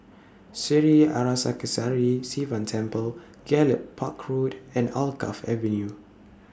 Sri Arasakesari Sivan Temple Gallop Park Road and Alkaff Avenue